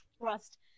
trust